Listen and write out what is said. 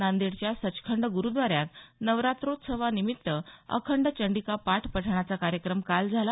नांदेडच्या सचखंड गुरुद्वाऱ्यात नवरात्रोत्सवा निमित्त अखंड चंडीका पाठ पठणाचा कार्यक्रम काल झाला